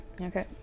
okay